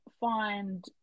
find